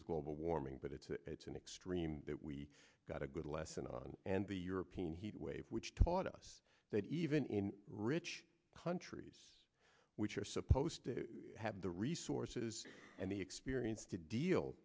global warming but it's a it's an extreme that we got a good lesson on and the european heat wave which taught us that even in rich countries which are supposed to have the resources and the experience to deal